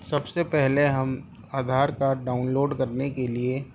سب سے پہلے ہم آدھار کاڈ ڈاؤن لوڈ کرنے کے لیے